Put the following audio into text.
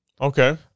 Okay